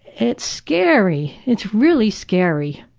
it's scary. it's really scary.